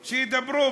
שידברו.